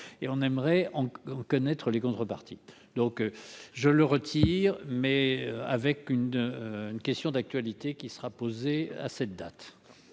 et on aimerait connaître les contreparties donc je le retire, mais avec une une question d'actualité qui sera posée à cette date.